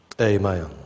amen